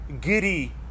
giddy